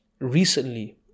recently